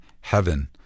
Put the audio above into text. heaven